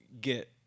get